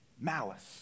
malice